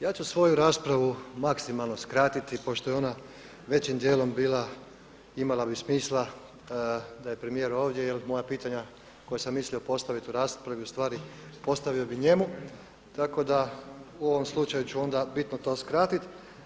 Ja ću svoju raspravu maksimalno skratiti pošto je ona većim dijelom bila imala bi smisla da je premijer ovdje, jer moja pitanja koja sam mislio postavit u raspravi u stvari postavio bih njemu, tako da u ovom slučaju ću onda bitno to skratiti.